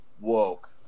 woke